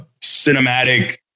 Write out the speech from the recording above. cinematic